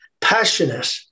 passionate